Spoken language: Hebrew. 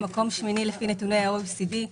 מקום שמיני לפי נתוני ה-OECD.